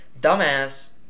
dumbass